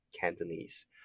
Cantonese